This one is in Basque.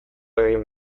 egin